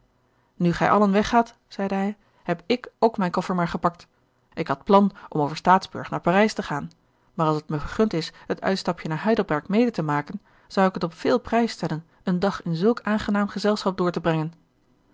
nu gij allen weg gaat zeide hij heb ik ook mijn koffer maar gepakt ik had plan om over staatsburg naar parijs te gaan maar als het me vergund is het uitstapje naar heidelberg mede te maken zou ik het op veel prijs stellen een dag in zulk aangenaam gezelschap door te brengen